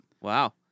Wow